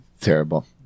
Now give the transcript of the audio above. terrible